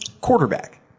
quarterback